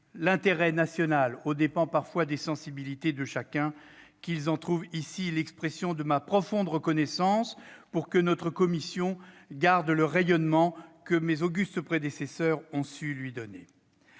l'intérêt national aux dépens, parfois, des sensibilités de chacun- que ses membres en trouvent ici l'expression de ma profonde reconnaissance -, pour lui permettre de garder le rayonnement que mes augustes prédécesseurs ont su lui donner.